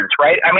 right